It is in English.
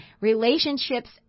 Relationships